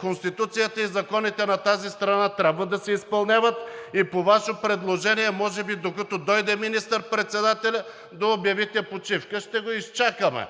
Конституцията и законите на тази страна трябва да се изпълняват и по Ваше предложение може би, докато дойде министър-председателят, да обявите почивка. Ще го изчакаме.